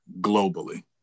globally